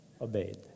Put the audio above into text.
obeyed